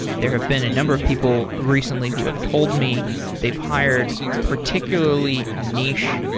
there have been a number of people recently who have told me they've hired particularly niche,